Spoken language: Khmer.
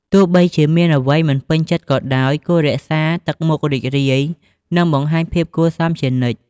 ទោះបីជាមានអ្វីមិនពេញចិត្តក៏ដោយ គួររក្សាទឹកមុខរីករាយ និងបង្ហាញភាពគួរសមជានិច្ច។